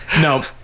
No